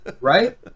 right